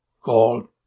called